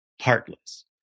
heartless